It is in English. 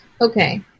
Okay